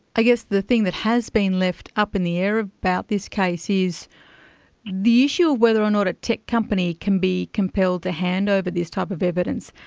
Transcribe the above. i guess the thing that has been left up in the air about this case is the issue of whether or not a tech company can be compelled to hand over this type of evidence.